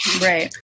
Right